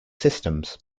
systems